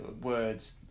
words